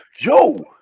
Yo